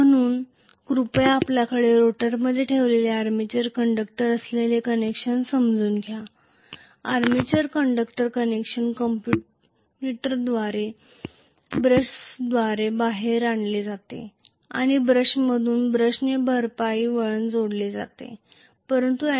म्हणून कृपया आपल्याकडे रोटरमध्ये ठेवलेले आर्मेचर कंडक्टर असलेले कनेक्शन समजून घ्या आर्मेचर कंडक्टर कनेक्शन कम्युटेटरद्वारे ब्रशेसद्वारे बाहेर आणले जाते आणि ब्रशमधून ब्रशने भरपाई वळण जोडले जाईल परंतु अँटी सिरीजमध्ये